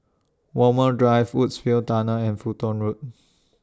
Walmer Drive Woodsville Tunnel and Fulton Road